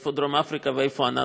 איפה דרום אפריקה ואיפה הנאצים,